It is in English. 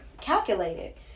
calculated